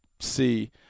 see